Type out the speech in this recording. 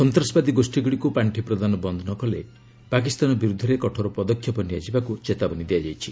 ସନ୍ତାସବାଦୀ ଗୋଷ୍ଠୀଗୁଡ଼ିକୁ ପାର୍ଷି ପ୍ରଦାନ ବନ୍ଦ ନକଲେ ପାକିସ୍ତାନ ବିରୁଦ୍ଧରେ କଠୋର ପଦକ୍ଷେପ ନିଆଯିବାକୁ ଚେତାବନୀ ଦିଆଯାଇଛି